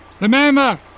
Remember